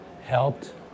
helped